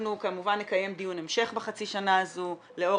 אנחנו כמובן נקיים דיון המשך בחצי שנה הזו לאור